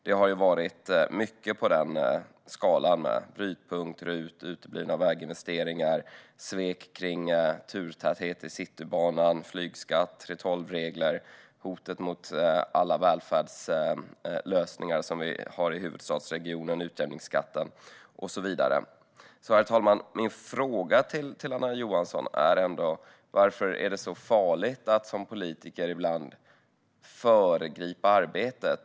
Det har varit mycket på den skalan med brytpunkter, uteblivna väginvesteringar, svek i fråga om turtäthet på Citybanan, flygskatt, 3:12-regler, hotet mot alla välfärdslösningar i huvudstadsregionen, utjämningsskatten och så vidare. Herr talman! Varför är det så farligt, Anna Johansson, att som politiker ibland föregripa arbetet?